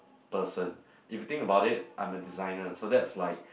person if you think about it I'm a designer so that's like